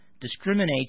discriminates